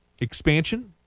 expansion